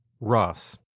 Ross